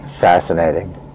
Fascinating